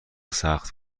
سخت